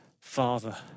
Father